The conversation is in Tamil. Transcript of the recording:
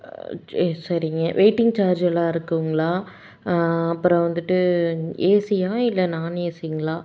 சே சரிங்க வெயிட்டிங் சார்ஜெல்லாம் இருக்குதுங்களா அப்புறம் வந்துட்டு ஏசியா இல்லை நாண் ஏசிங்களா